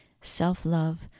self-love